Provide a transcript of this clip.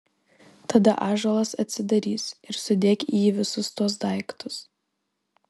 tada ąžuolas atsidarys ir sudėk į jį visus tuos daiktus